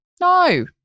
No